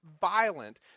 violent